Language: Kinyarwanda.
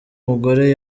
mugore